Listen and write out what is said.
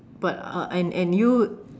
but uh and and you